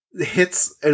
hits